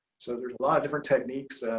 so there's a lot of different techniques.